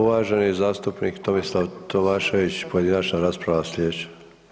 Uvaženi zastupnik Tomislav Tomašević, pojedinačna rasprava sljedeća.